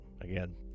again